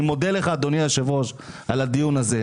אני מודה לך אדוני היושב-ראש על הדיון הזה,